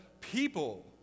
people